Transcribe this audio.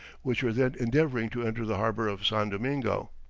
which were then endeavouring to enter the harbour of san domingo.